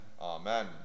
Amen